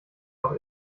noch